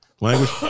language